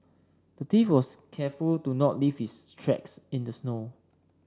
the thief was careful to not leave his tracks in the snow